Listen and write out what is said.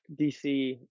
DC